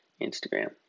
Instagram